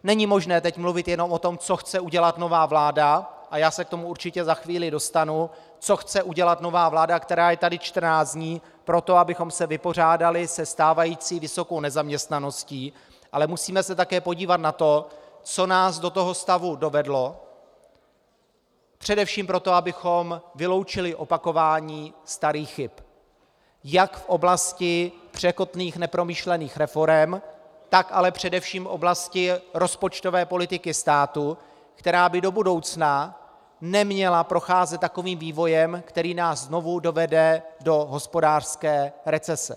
Není možné teď mluvit jenom o tom, co chce udělat nová vláda a já se k tomu určitě za chvíli dostanu , která je tady čtrnáct dní, pro to, abychom se vypořádali se stávající vysokou nezaměstnaností, ale musíme se taky podívat na to, co nás do tohoto stavu dovedlo, především proto, abychom vyloučili opakování starých chyb jak v oblasti překotných nepromyšlených reforem, tak ale především v oblasti rozpočtové politiky státu, která by do budoucna neměla procházet takovým vývojem, který nás znovu dovede do hospodářské recese.